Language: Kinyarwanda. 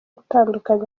gutandukanya